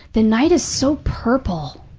the night is so purple.